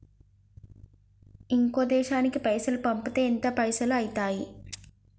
ఇంకో దేశానికి పైసల్ పంపితే ఎంత పైసలు అయితయి?